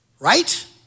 right